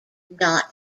not